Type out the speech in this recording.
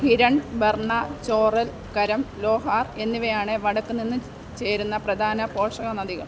ഹിരൺ ബർണ ചോറൽ കര ലോഹാർ എന്നിവയാണ് വടക്ക് നിന്ന് ചേരുന്ന പ്രധാന പോഷക നദികൾ